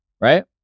right